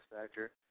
factor